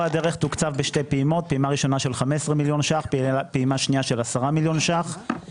תוקצב בשתי פעימות הראשונה של 15 מיליון ₪ ושנייה של 10 מיליון ₪.